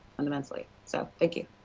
and immensely, so thank you.